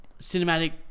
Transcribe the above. cinematic